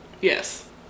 yes